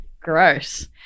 gross